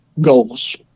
goals